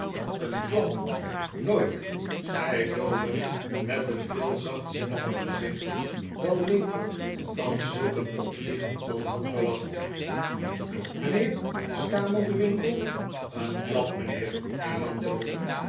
een klap nooitl zei dowler met een veel zachtzinniger gezicht dan winkle van zulk een opvliegend man had verwacht een klap mijnheer stamelde winkle een klap mijnheer hernam dowler